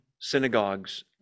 synagogues